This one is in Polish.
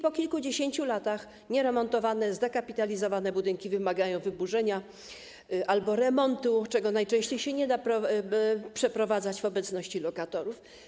Po kilkudziesięciu latach nieremontowane, zdekapitalizowane budynki wymagają wyburzenia albo remontu, czego najczęściej się nie da przeprowadzać w obecności lokatorów.